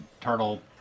turtle